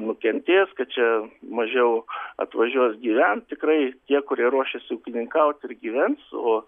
nukentės kad čia mažiau atvažiuos gyvent tikrai tie kurie ruošiasi ūkininkaut ir gyvens o